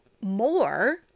more